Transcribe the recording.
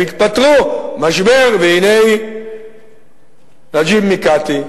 הם התפטרו, משבר, והנה נג'יב מיקאתי,